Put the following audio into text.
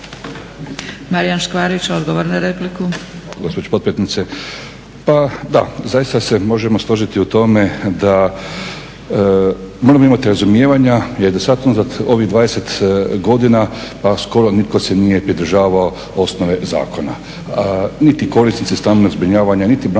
Marijan Škvarić, odgovor na repliku.